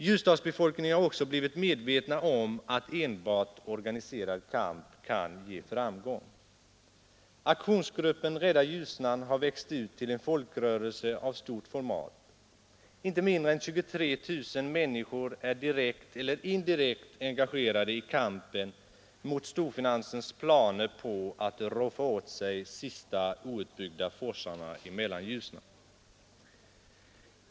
Ljusdalsbefolkningen har också blivit medveten om att enbart organiserad kamp kan ge framgång. Aktionsgruppen ”Rädda Ljusnan” har växt ut till en folkrörelse av stort format. Inte mindre än 23 000 människor är direkt eller indirekt engagerade i kampen mot storfinansens planer på att roffa åt sig de sista outbyggda forsarna i Mellanljusnan.